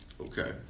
Okay